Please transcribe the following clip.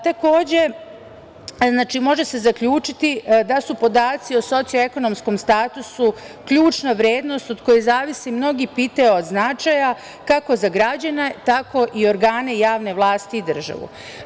Takođe, može se zaključiti da su podaci o socioekonomskom statusu ključna vrednost od koje zavise mnoga pitanja od značaja kako za građane tako i organe javne vlasti i državu.